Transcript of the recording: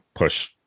Push